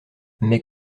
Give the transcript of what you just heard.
mes